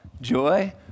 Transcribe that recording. joy